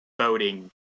voting